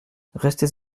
restez